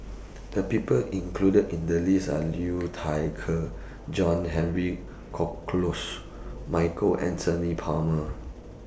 The People included in The list Are Liu Thai Ker John Henry Michael Anthony Palmer